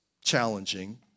challenging